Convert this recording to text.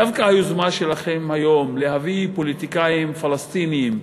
דווקא היוזמה שלכם היום להביא פוליטיקאים פלסטינים,